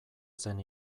zen